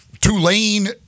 Tulane